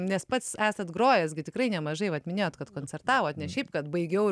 nes pats esat grojęs gi tikrai nemažai vat minėjot kad koncertavot ne šiaip kad baigiau